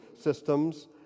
systems